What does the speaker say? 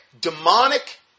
demonic